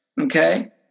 okay